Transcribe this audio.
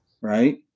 Right